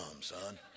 son